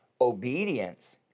obedience